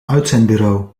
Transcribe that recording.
uitzendbureau